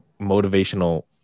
motivational